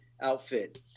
outfit